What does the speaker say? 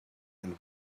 and